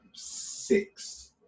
six